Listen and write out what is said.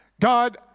God